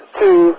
two